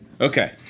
Okay